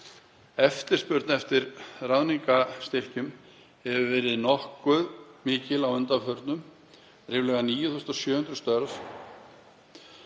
Eftirspurn eftir ráðningarstyrkjum hefur verið nokkuð mikil að undanförnu. Ríflega 9.700 störf